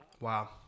Wow